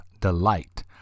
Delight